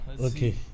okay